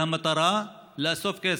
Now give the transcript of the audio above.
והמטרה: לאסוף כסף.